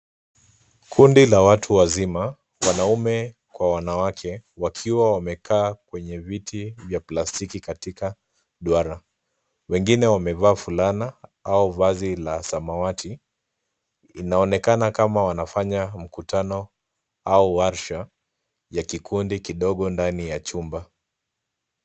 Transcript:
Kundi la watu wazima, wanaume kwa wanawake wakiwa wamekaa kwenye viti vya plastiki katika duara, wengine wamevaa fulana au vazi la samwati inaonekana kama wanfanya mkutano au warsha ya kikundi kidogo ndani ya chumba.